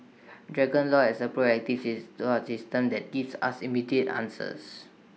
dragon law has A proactive sees support system that gives us immediate answers